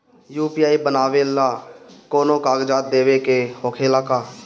UPI बनावेला कौनो कागजात देवे के होखेला का?